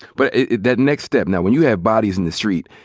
but that next step, now. when you have bodies in the street,